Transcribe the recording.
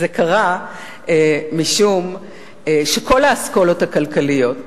זה קרה משום שכל האסכולות הכלכליות,